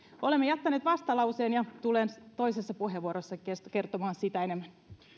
olemme jättäneet vastalauseen ja tulen toisessa puheenvuorossani kertomaan siitä enemmän